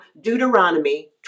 Deuteronomy